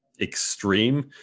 extreme